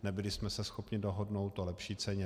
Nebyli jsme se schopni dohodnout o lepší ceně.